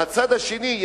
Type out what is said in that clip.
והצד השני,